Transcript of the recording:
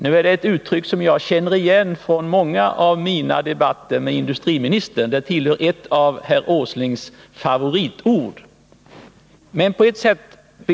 Det är ett uttryck som jag känner igen från många av mina debatter med industriministern — det är ett av herr Åslings favoritord.